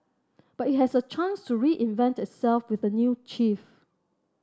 but it has a chance to reinvent itself with a new chief